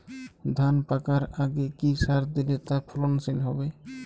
ধান পাকার আগে কি সার দিলে তা ফলনশীল হবে?